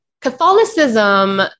Catholicism